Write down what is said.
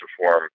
reform